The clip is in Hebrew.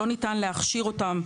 שלא ניתן להכשיר אותם.